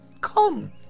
come